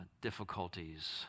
difficulties